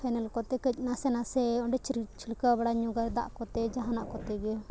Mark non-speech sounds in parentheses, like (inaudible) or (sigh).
phenol ᱠᱚᱛᱮ ᱠᱟᱹᱡ ᱱᱟᱥᱮ ᱱᱟᱥᱮ ᱚᱸᱰᱮ (unintelligible) ᱪᱷᱤᱞᱠᱟᱹᱣ ᱵᱟᱲᱟ ᱧᱚᱜᱟᱹᱧ ᱫᱟᱜ ᱠᱚᱛᱮ ᱡᱟᱦᱟᱱᱟᱜ ᱠᱚᱛᱮ ᱜᱮ